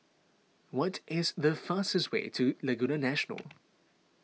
what is the fastest way to Laguna National